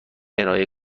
کرایه